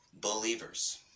believers